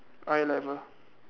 eye level